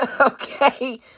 okay